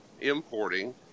importing